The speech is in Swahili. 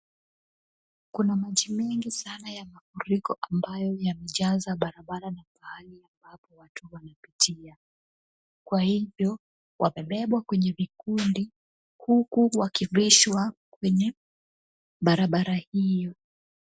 Kuna maji mingi sana ya mafuriko ambayo yamejaza barabara na pahali ambapo watu wanapitia. Kwa hivyo wamebebwa kwenye vikundi huku wakivishwa kwenye barabara hiyo.